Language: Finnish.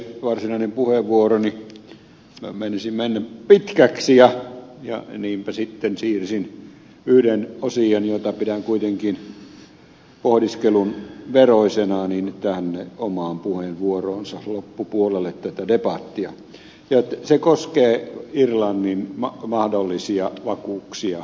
varsinainen puheenvuoroni meinasi mennä pitkäksi ja niinpä sitten siirsin yhden asian jota pidän kuitenkin pohdiskelun veroisena tänne omaan puheenvuoroonsa loppupuolelle tätä debattia ja se koskee irlannin mahdollisia vakuuksia näille lainoille